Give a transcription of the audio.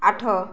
ଆଠ